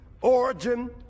origin